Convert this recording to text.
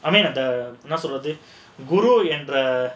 I mean the last of the guru and the